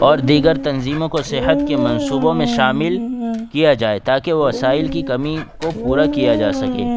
اور دیگر تنظیموں کو صحت کے منصوبوں میں شامل کیا جائے تاکہ وسائل کی کمی کو پورا کیا جا سکے